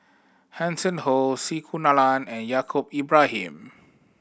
Hanson Ho C Kunalan and Yaacob Ibrahim